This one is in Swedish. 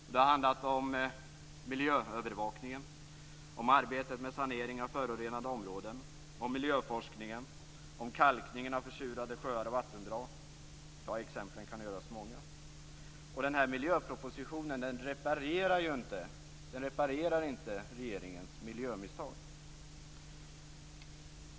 Det har handlat om miljöövervakningen, om arbetet med saneringen av förorenade områden, om miljöforskningen och om kalkningen av försurade sjöar och vattendrag. Exemplen är många. Och denna miljöproposition reparerar ju inte regeringens miljömisstag.